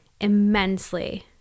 immensely